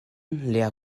lia